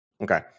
Okay